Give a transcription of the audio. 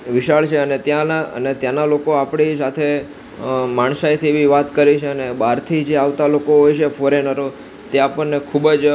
વિશાળ છે અને ત્યાંનાં અને ત્યાંનાં લોકો આપણી સાથે માણસાઈથી બી વાત કરે છે અને બહારથી જે આવતાં લોકો હોય છે ફોરેનરો તે આપણને ખૂબ જ